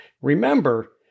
Remember